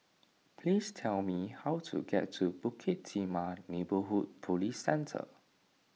please tell me how to get to Bukit Timah Neighbourhood Police Centre